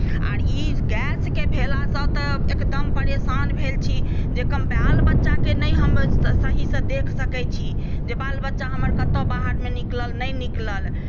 आर ई गैसके भेलासँ तऽ एकदम परेशान भेल छी जे बाल बच्चाकेँ नहि हम सहीसँ देख सकैत छी जे बाल बच्चा हमर कतय बाहरमे निकलल नहि निकलल